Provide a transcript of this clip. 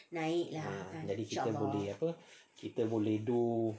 jadi kita boleh apa boleh do